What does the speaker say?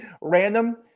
random